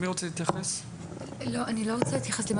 כעסק פרטי, אנשים שבוחרים לפתוח